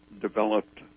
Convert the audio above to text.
developed